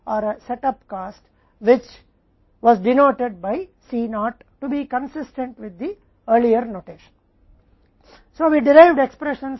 और इसलिए लागत में एक बदलाव या एक सेट अप लागत है जिसे C द्वारा निरूपित किया गया था जो पहले के अंकन के अनुरूप नहीं था